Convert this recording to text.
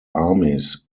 armies